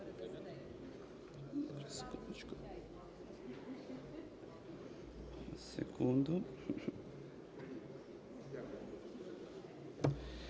Дякую.